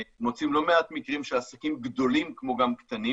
מוצאים לא מעט מקרים שעסקים גדולים כמו גם קטנים